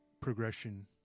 progression